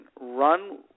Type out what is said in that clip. run